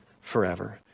forever